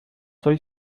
soy